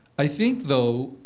i think, though,